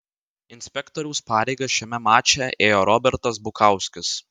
inspektoriaus pareigas šiame mače ėjo robertas bukauskis